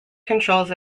controls